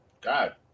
God